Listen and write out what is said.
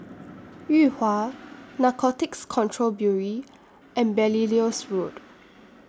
Yuhua Narcotics Control Bureau and Belilios Road